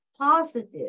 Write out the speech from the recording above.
positive